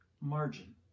margin